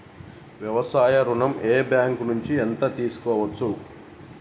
వ్యవసాయ ఋణం ఏ బ్యాంక్ నుంచి ఎంత తీసుకోవచ్చు?